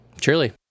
Truly